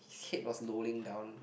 head was rolling down